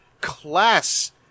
class